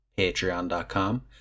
patreon.com